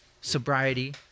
sobriety